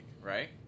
Right